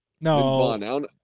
No